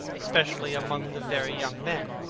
especially among the very young men,